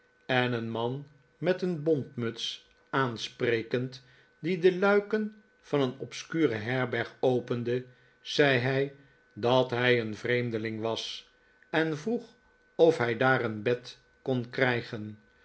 en een man met een bontmuts aansprekend die de luiken van een obscure herberg opende zei hij dat hij een vreemdeling was en vroeg of hij daar een bed kon krijgen